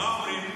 מה אומרים?